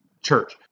church